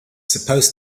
supposed